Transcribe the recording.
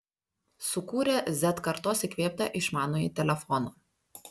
sukūrė z kartos įkvėptą išmanųjį telefoną